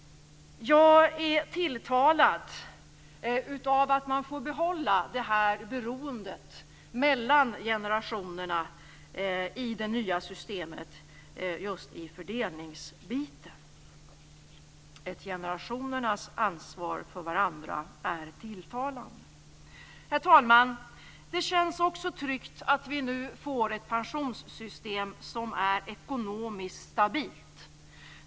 Jag är tilltalad av att man får behålla det här beroendet mellan generationerna i det nya systemets fördelningsavsnitt. Ett generationernas ansvar för varandra är tilltalande. Herr talman! Det känns också tryggt att vi nu får ett pensionssystem som är ekonomiskt stabilt.